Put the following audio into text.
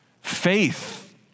faith